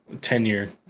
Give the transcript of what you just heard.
tenure